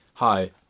Hi